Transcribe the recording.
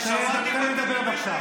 תן לי לדבר, בבקשה.